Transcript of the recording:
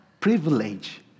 privilege